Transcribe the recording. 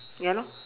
ya lor